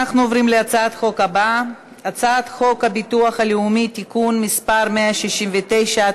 אנחנו עוברים להצעת החוק הבאה: הצעת חוק הביטוח הלאומי (תיקון מס' 169),